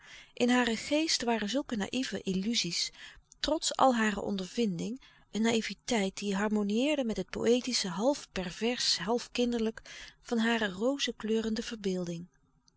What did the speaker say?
in haren geest waren zulke naïve illuzies trots al hare ondervinding een naïveteit die harmonieerde met het poëtische half pervers half kinderlijk van hare rozekleurende verbeelding